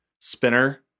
spinner